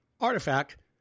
artifact